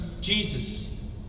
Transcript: Jesus